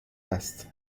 است